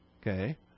Okay